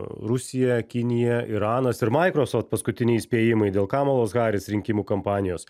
rusija kinija iranas ir maikrosoft paskutiniai įspėjimai dėl kamalos haris rinkimų kampanijos